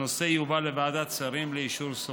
הנושא יובא לוועדת שרים לאישור סופי.